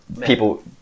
people